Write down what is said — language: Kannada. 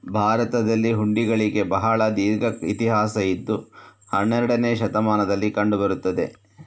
ಭಾರತದಲ್ಲಿ ಹುಂಡಿಗಳಿಗೆ ಬಹಳ ದೀರ್ಘ ಇತಿಹಾಸ ಇದ್ದು ಹನ್ನೆರಡನೇ ಶತಮಾನದಲ್ಲಿ ಕಂಡು ಬರುತ್ತದೆ